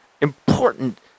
important